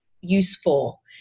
useful